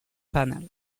panel